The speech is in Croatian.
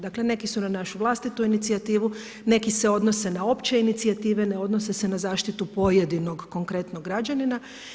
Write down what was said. Dakle neki su na našu vlastitu inicijativu, neki se odnose na opće inicijative, ne odnose se na zaštitu pojedinog konkretnog građanina.